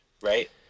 right